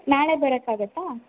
ನಾಳೆ ಬರೋಕ್ಕಾಗತ್ತಾ